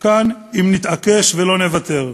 כאן אם נתעקש ולא נוותר,